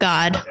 God